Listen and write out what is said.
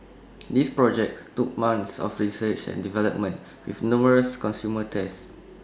these projects took months of research and development with numerous consumer tests